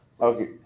Okay